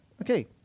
Okay